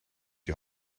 die